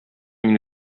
мин